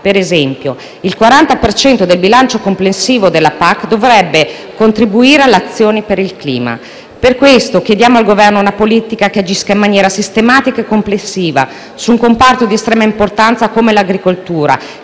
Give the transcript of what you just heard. per cento del bilancio complessivo della PAC dovrebbe contribuire all'azione per il clima. Per questo chiediamo al Governo una politica che agisca in maniera sistemica e complessiva su un comparto di estrema importanza come l'agricoltura,